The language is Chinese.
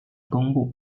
东部